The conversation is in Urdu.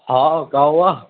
ہاں کا ہوا